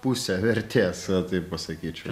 pusę vertės va taip pasakyčiau